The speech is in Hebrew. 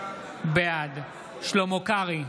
בעד שלמה קרעי,